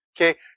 Okay